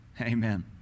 Amen